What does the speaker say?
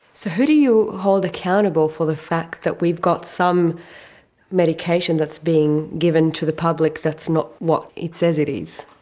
so who do you hold accountable for the fact that we've got some medication that's being given to the public that's not what it says it is?